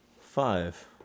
five